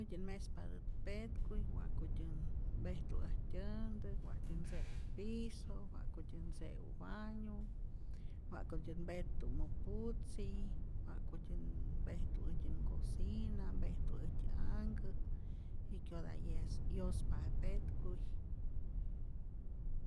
Äjtyät mespatät petkuy wa'kutyän mpejtu äjtyän ntäk, wa'tyän ntze'u piso, wa'kutyän ntzeu bañu, wa'kutyät mpet'tumu putzi, wa'kutyät mpejtu äjtyän ngocina, mpejtu äjtyä anhkä', jik'kyota yes yospa jet petkuy.